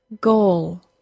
goal